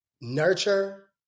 Nurture